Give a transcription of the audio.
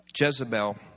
Jezebel